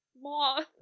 Moth